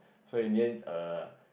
so in the end err